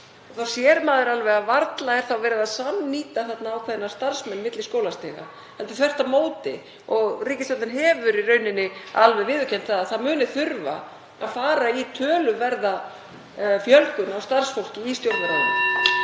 Þá sér maður alveg að varla er verið að samnýta ákveðna starfsmenn milli skólastiga heldur þvert á móti. Og ríkisstjórnin hefur í rauninni alveg viðurkennt að það muni þurfa að fara í töluverða fjölgun á starfsfólki í Stjórnarráðinu.